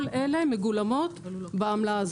כל אלה מגולמות בעמלה הזאת.